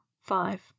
Five